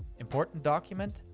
important document,